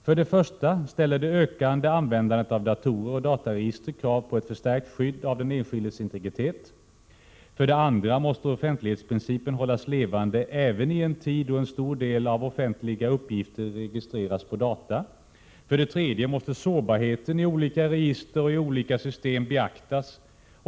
För det första ställer det ökande användandet av datorer och dataregister krav på ett förstärkt skydd av den enskildes integritet. För det andra måste offentlighetsprincipen hållas levande även i en tid då en stor del av offentliga uppgifter registreras på data. För det tredje måste sårbarheten i olika register och i olika system beaktas.